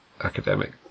academic